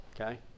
Okay